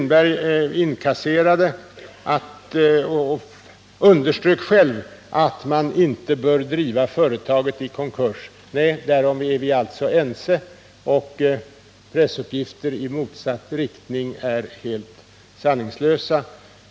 Sven Lindberg underströk själv att man inte bör driva företaget i konkurs. Därom är vi alltså ense. Pressuppgifter i motsatt riktning är helt osanna.